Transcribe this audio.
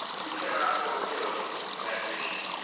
you cannot fulfill that mission.